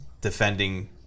defending